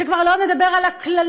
שכבר לא נדבר על הקללות,